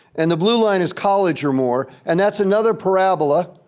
and the blue line is college or more. and that's another parabola.